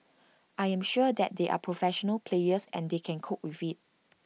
I am sure that they are professional players and they can cope with IT